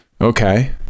Okay